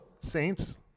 saints